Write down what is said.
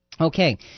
Okay